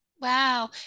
Wow